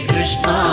Krishna